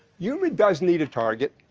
humor does need a target.